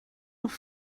noch